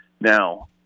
now